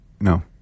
no